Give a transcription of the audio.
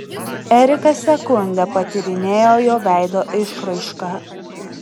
erika sekundę patyrinėjo jo veido išraišką